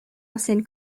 ancienne